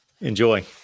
Enjoy